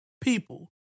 people